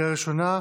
בקריאה ראשונה,